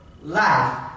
Life